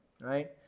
right